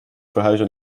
verhuizen